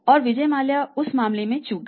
और विजय माल्या उस मामले में चूक गया